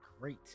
great